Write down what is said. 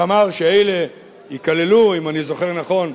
ואמר שאלה ייכללו, אם אני זוכר נכון,